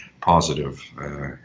positive